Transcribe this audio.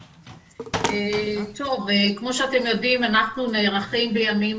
טוב כמו שאתם יודעים אנחנו נערכים בימים